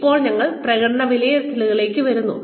ഇപ്പോൾ ഞങ്ങൾ പ്രകടന വിലയിരുത്തലിലേക്ക് വരുന്നു